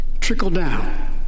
Trickle-down